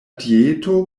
dieto